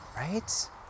right